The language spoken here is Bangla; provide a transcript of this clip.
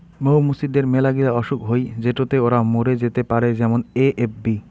মৌ মুচিদের মেলাগিলা অসুখ হই যেটোতে ওরা মরে যেতে পারে যেমন এ.এফ.বি